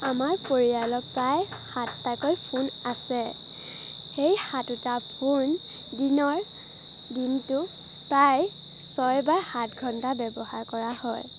আমাৰ পৰিয়ালক প্ৰায় সাতটাকৈ ফোন আছে সেই সাতোটা ফোন দিনৰ দিনটো প্ৰায় ছয় বা সাত ঘণ্টা ব্যৱহাৰ কৰা হয়